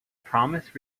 promised